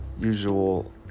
usual